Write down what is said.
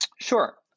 Sure